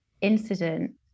incident